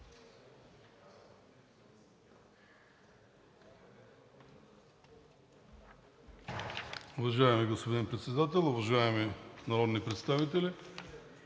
Уважаеми господин Председател, уважаеми народни представители!